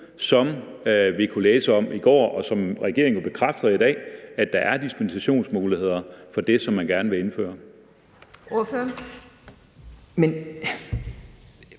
som vi kunne læse om i går, og som regeringen bekræfter i dag, altså at der er dispensationsmuligheder i forhold til det, man gerne vil indføre.